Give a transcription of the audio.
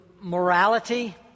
morality